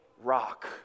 rock